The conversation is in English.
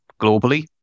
globally